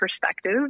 perspective